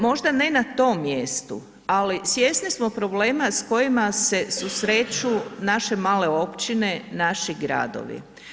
Možda ne na tom mjestu, ali svjesni smo problema s kojima se susreću naše male općine, naši gradovi.